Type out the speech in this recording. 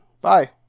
Bye